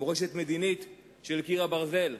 מורשת מדינית של קיר הברזל,